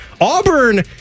Auburn